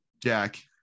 jack